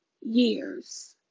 years